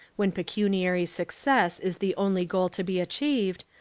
when pecuniary success is the only goal to be achieved,